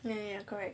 ya ya correct